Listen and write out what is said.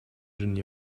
energy